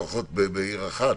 לפחות בעיר אחת,